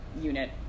unit